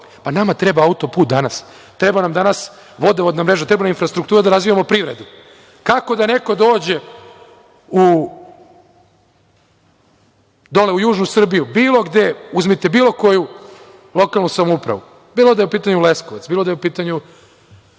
Pa, nama treba auto-put danas. Treba nam danas vodovodna mreža, treba nam infrastruktura da razvijamo privredu. Kako da neko dođe u južnu Srbiju, bilo gde, uzmite bilo koju lokalnu samoupravu, bilo da je u pitanju Leskovac, bilo da je u pitanju